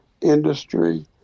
industry